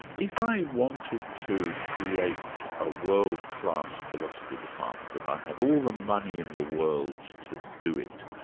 if i wanted to create a world class philosophy department and i had all the money in the world to do it,